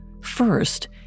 First